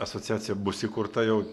asociacija bus įkurta jau